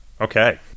Okay